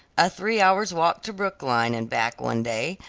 a three hours' walk to brookline and back one day,